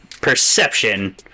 perception